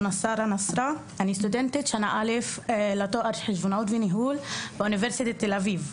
אני סטודנטית שנה א' לתואר חשבונאות וניהול באוניברסיטת תל אביב.